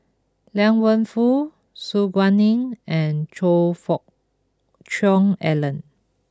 Liang Wenfu Su Guaning and Choe Fook Cheong Alan